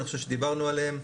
אני חושב שדיברנו עליהם.